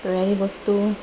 তৈয়াৰী বস্তু